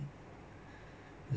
it's like very poor thing